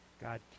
God